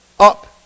up